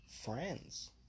friends